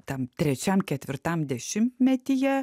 tam trečiam ketvirtam dešimtmetyje